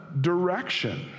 direction